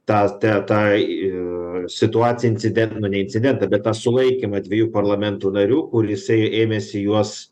tą te tą į situaciją incidentą nu ne incidentą bet tą sulaikymą dviejų parlamentų narių kur jisai ėmėsi juos